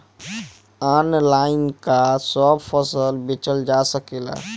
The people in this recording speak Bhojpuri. आनलाइन का सब फसल बेचल जा सकेला?